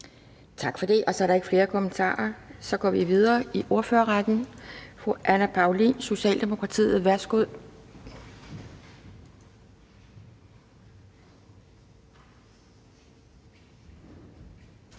Tak for det. Der er ikke flere kommentarer, og så går vi videre i ordførerrækken. Fru Anne Paulin, Socialdemokratiet, værsgo.